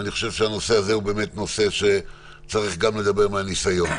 ואני חושב שהנושא הזה הוא באמת נושא שצריך לדבר עליו גם מהניסיון.